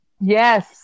Yes